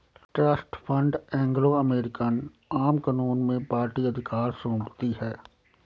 trust fund Anglo American आम कानून में पार्टी अधिकार सौंपती है